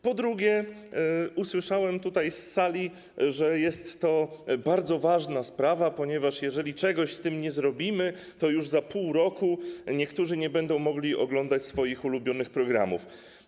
Po drugie, usłyszałem tutaj z sali, że jest to bardzo ważna sprawa, ponieważ jeżeli czegoś z tym nie zrobimy, to już za pół roku niektórzy nie będą mogli oglądać swoich ulubionych programów.